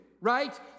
right